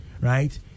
right